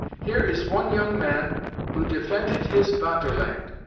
here is one yong man who defented his vaterland,